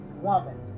woman